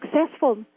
successful